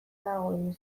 dagoen